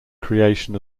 creation